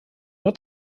nur